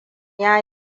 ya